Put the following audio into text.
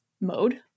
mode